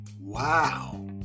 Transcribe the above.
Wow